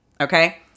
Okay